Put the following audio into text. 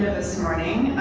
this morning.